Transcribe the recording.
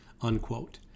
unquote